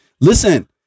listen